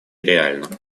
реальна